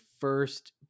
first